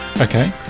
Okay